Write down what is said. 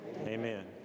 Amen